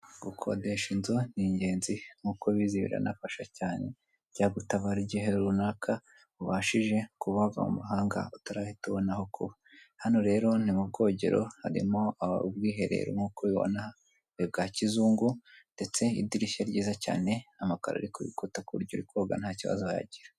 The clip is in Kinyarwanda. Gukodesha inzu, ni ingenzi nk'uko ubizi biranafasha cyane, byagutabara igihe runaka ubashije kuba wava mu mahanga utarabona aho kuba, hano rero ni mu bwogero, harimo ubwiherero nk'uko ubibona eh, bwa kizungu, ndetse idirisha ryiza cyane amakaro ari ku bikuta ku buryo uri koga nta kibazo wagira.